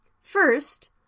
First